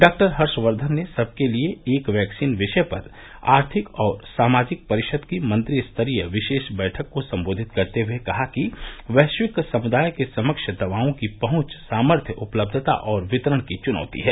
डॉ हर्षवर्धन ने सबके लिए एक वैक्सीन विषय पर आर्थिक और सामाजिक परिषद की मंत्री स्तरीय विशेष बैठक को संबोधित करते हुए कहा कि वैश्विक समुदाय के समक्ष दवाओं की पहुंच सामर्थय उपलब्धता और वितरण की चुनौती है